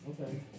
Okay